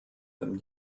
them